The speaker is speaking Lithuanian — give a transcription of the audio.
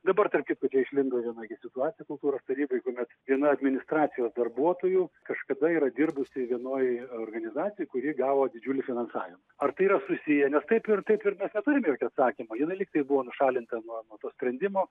dabar tarp kitko čia išlindo viena gi situacija kultūros taryboj jeigu mes viena administracijos darbuotojų kažkada yra dirbusi vienoj organizacijoj kuri gavo didžiulį finansavimą ar tai yra susiję nes taip ir taip ir mes neturim jokio atsakymo jinai lygtai buvo nušalinta nuo nuo to sprendimo